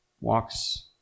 walks